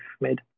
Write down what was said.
made